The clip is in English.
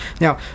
Now